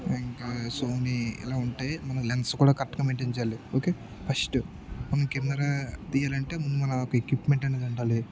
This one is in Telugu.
ఇంకా సోని ఇలా ఉంటాయి మన లెన్స్ కూడా కరక్ట్గా మెయింటైన్ చేయాలి ఓకే ఫస్ట్ మనం కెమెరా తీయాలి అంటే ముందు మన ఎక్విప్మెంట్ అనేది ఉండాలి